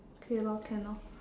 okay lor can orh